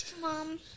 Mom